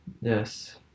Yes